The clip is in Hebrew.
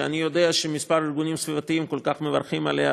שאני יודע שכמה ארגונים סביבתיים כל כך מברכים עליה,